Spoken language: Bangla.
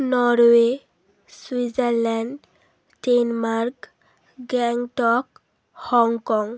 Norway Switzerland Denmark Gangtok Hong Kong